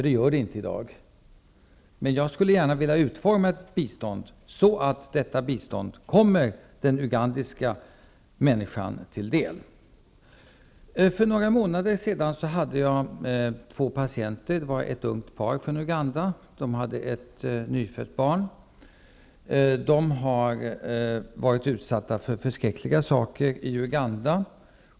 Det gör det inte i dag. Jag skulle gärna vilja se biståndet utformat så att det kommer den ugandiska människan till del. För några månader sedan hade jag två patienter. Det var ett ungt par från Uganda som hade ett nyfött barn. De har varit utsatta för förskräckliga saker i Uganda.